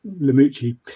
Lamucci